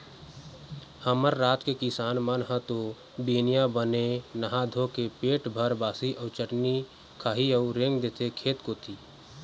हमर राज के किसान मन ह तो बिहनिया बने नहा धोके पेट भर बासी अउ चटनी खाही अउ रेंग देथे खेत कोती